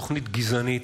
תוכנית גזענית,